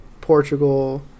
portugal